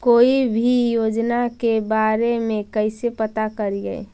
कोई भी योजना के बारे में कैसे पता करिए?